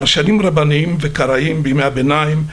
פרשנים רבניים וקראים בימי הביניים